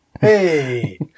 Hey